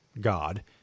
God